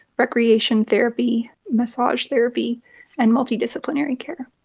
recreation therapy, massage therapy and multidisciplinary care.